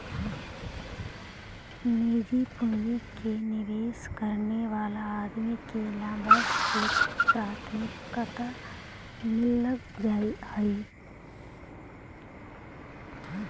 निजी पूंजी के निवेश करे वाला आदमी के लाभांश में प्राथमिकता मिलऽ हई